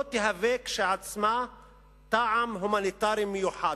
לא תהווה כשלעצמה טעם הומניטרי מיוחד.